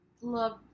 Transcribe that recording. love